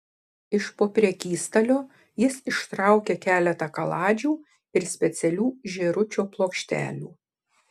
iš po prekystalio jis ištraukė keletą kaladžių ir specialių žėručio plokštelių